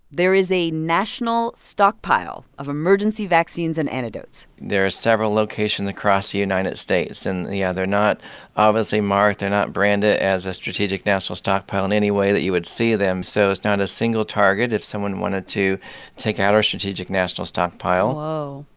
there is a national stockpile of emergency vaccines and antidotes there are several locations across the united states. and, yeah, they're not obviously marked. they're not branded as a strategic national stockpile in any way that you would see them, so it's not a single target if someone wanted to take out our strategic national stockpile whoa.